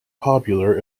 popular